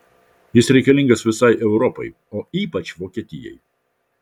jis reikalingas visai europai o ypač vokietijai